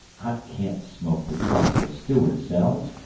i can't smoke the truck the steward sells.